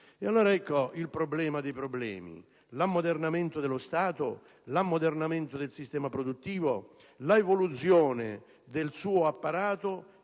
allora il problema dei problemi: l'ammodernamento dello Stato, l'ammodernamento del sistema produttivo e l'evoluzione del suo apparato